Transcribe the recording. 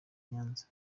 nyanza